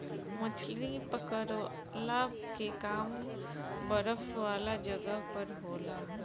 मछली पकड़ला के काम बरफ वाला जगह पर होला